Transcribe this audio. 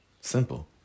Simple